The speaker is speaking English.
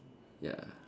ya